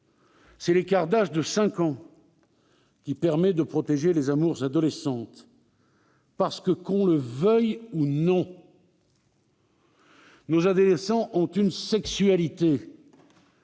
de l'écart d'âge de cinq ans qui permet de protéger les amours adolescentes. Parce que, qu'on le veuille ou non, nos adolescents ont une sexualité